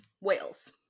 Wales